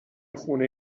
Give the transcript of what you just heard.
خونه